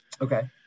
Okay